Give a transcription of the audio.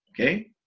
okay